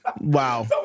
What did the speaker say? Wow